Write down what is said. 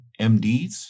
MDs